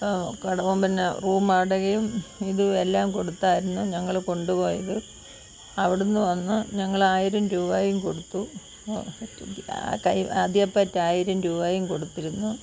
കെടക പിന്നെ റൂം വാടകയും ഇത് എല്ലാം കൊടുത്തായിരുന്നു ഞങ്ങൾ കൊണ്ടു പോയത് അവിടുന്ന് വന്ന് ഞങ്ങൾ ആയിരം രൂപയും കൊടുത്തു കൈ അധിക പറ്റ് ആയിരം രൂപയും കൊടുത്തിരുന്നു